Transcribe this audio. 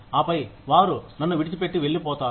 ఆపై వారు నన్ను విడిచిపెట్టి వెళ్లిపోతారు